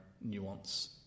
nuance